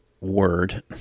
word